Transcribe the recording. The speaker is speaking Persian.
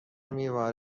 میوههای